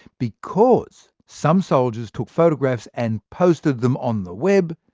because some soldiers took photographs and posted them on the web,